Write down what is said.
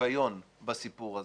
השוויון בסיפור הזה,